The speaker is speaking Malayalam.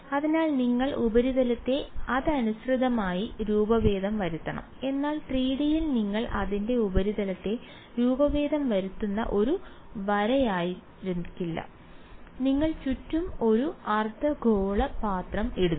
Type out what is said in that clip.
അതിനാൽ നിങ്ങൾ ഉപരിതലത്തെ അതിനനുസൃതമായി രൂപഭേദം വരുത്തണം എന്നാൽ 3D യിൽ നിങ്ങൾ അതിന്റെ ഉപരിതലത്തെ രൂപഭേദം വരുത്തുന്ന ഒരു വരയായിരിക്കില്ല നിങ്ങൾ ചുറ്റും ഒരു അർദ്ധഗോള പാത്രം ഇടുന്നു